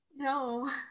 No